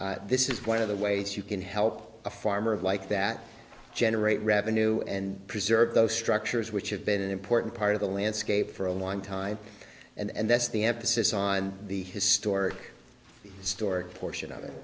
this is one of the ways you can help a farmer of like that generate revenue and preserve those structures which have been an important part of the landscape for a long time and that's the emphasis on the historic store portion of it